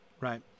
Right